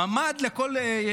ממ"ד לכול.